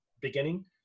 Beginning